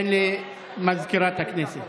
תן למזכירת הכנסת.